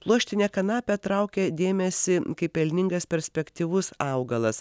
pluoštinė kanapė traukia dėmesį kaip pelningas perspektyvus augalas